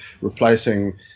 replacing